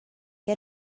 que